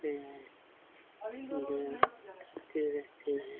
है जो है बताती रहती है